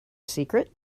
secret